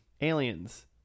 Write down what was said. Aliens